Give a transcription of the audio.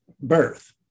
birth